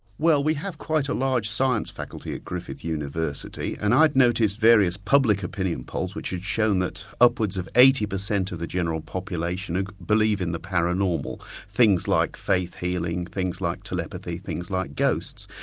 well, we have quite a large science faculty at griffith university, and i'd noticed various public opinion polls which had shown that upwards of eighty percent of the general population ah believe in the paranormal, things like faith healing, things like telepathy, things like ghosts.